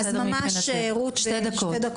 אז ממש, רות, שתי דקות.